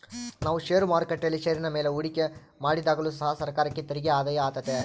ನಾವು ಷೇರು ಮಾರುಕಟ್ಟೆಯಲ್ಲಿ ಷೇರಿನ ಮೇಲೆ ಹೂಡಿಕೆ ಮಾಡಿದಾಗಲು ಸಹ ಸರ್ಕಾರಕ್ಕೆ ತೆರಿಗೆ ಆದಾಯ ಆತೆತೆ